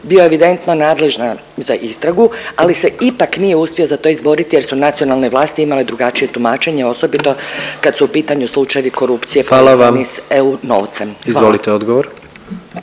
bio evidentno nadležna za istragu, ali se ipak nije uspio za to izboriti jer su nacionalne vlasti imale drugačije tumačenje, osobito kad su u pitanju slučajevi korupcije …/Upadica predsjednik: